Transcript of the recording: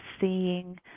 seeing